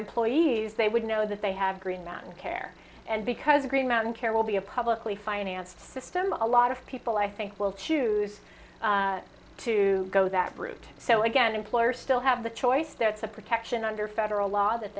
employees they would know that they have green mountain care and because green mountain care will be a publicly financed system a lot of people i think will choose to go that route so again employers still have the choice that's a protection under federal law that